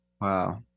Wow